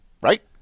right